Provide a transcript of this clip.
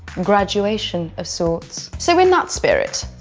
graduation of sorts. so in that spirit,